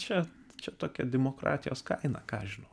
čia čia tokia demokratijos kaina kas žino